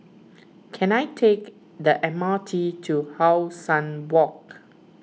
can I take the M R T to How Sun Walk